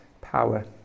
power